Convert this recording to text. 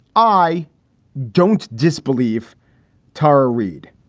i don't disbelieve tara reid.